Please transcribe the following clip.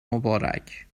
مبارک